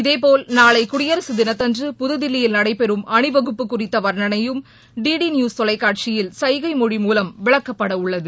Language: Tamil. இதேபோல் நாளை குடியரசு தினத்தன்று புதுதில்லியில் நடைபெறும் அணிவகுப்பு குறித்த வர்ணனையும் டி டி நியூஸ் தொலைக்காட்சியில் சைகை மொழி மூலம் விளக்கப்பட உள்ளது